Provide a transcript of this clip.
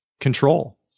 control